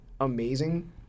amazing